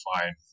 fine